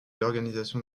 l’organisation